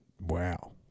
Wow